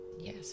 Yes